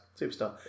superstar